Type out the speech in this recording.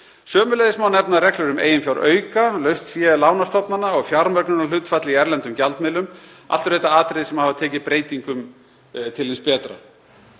Sömuleiðis má nefna reglur um eiginfjárauka, laust fé lánastofnana og fjármögnunarhlutfall í erlendum gjaldmiðlum. Allt eru þetta atriði sem hafa tekið breytingum til hins betra.